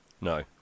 No